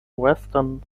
western